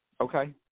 okay